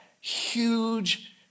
Huge